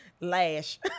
Lash